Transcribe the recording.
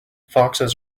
foxes